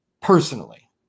Personally